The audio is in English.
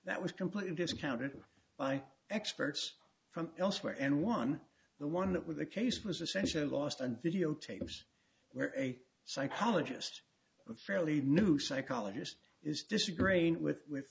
that was completely discounted by experts from elsewhere and one the one that with the case was essentially lost and videotapes were a psychologist a fairly new psychologist is disgracing with with